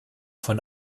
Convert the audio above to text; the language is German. von